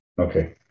Okay